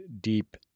deep